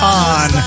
on